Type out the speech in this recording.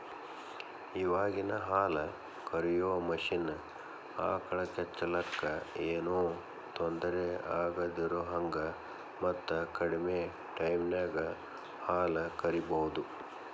ಇವಾಗಿನ ಹಾಲ ಕರಿಯೋ ಮಷೇನ್ ಆಕಳ ಕೆಚ್ಚಲಕ್ಕ ಏನೋ ತೊಂದರೆ ಆಗದಿರೋಹಂಗ ಮತ್ತ ಕಡಿಮೆ ಟೈಮಿನ್ಯಾಗ ಹಾಲ್ ಕರಿಬಹುದು